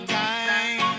time